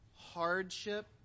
hardship